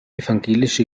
evangelische